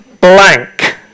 blank